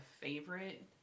favorite